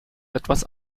etwas